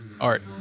Art